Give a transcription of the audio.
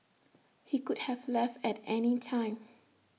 he could have left at any time